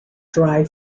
dry